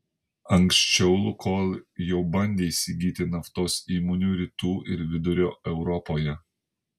anksčiau lukoil jau bandė įsigyti naftos įmonių rytų ir vidurio europoje